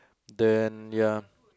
then ya